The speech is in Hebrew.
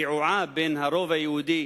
הרעועה, בין הרוב היהודי